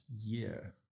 year